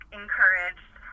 encouraged